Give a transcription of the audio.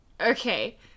okay